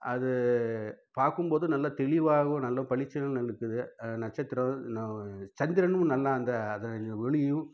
அது பார்க்கும்போது நல்ல தெளிவாகவும் நல்லா பளிச்சுனு இருக்குது நட்சத்திரம் சந்திரனும் நல்லா அந்த அது ஒளியும்